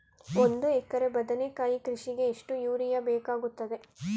ಒಂದು ಎಕರೆ ಬದನೆಕಾಯಿ ಕೃಷಿಗೆ ಎಷ್ಟು ಯೂರಿಯಾ ಬೇಕಾಗುತ್ತದೆ?